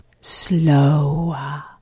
slower